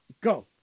Go